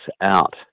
out